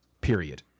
Period